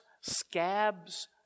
scabs